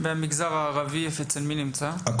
ואצל מי נמצא המגזר הערבי?